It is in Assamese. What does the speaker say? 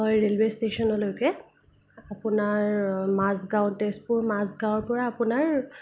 হয় ৰেইলৱে ষ্টেচনলৈকে আপোনাৰ মাজগাঁও তেজপুৰ মাজগাঁৱৰ পৰা আপোনাৰ